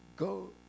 Go